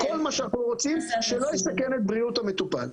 כל מה שאנחנו רוצים, שלא יסכן את בריאות המטופל.